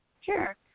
Sure